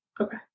Okay